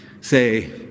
Say